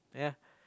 ya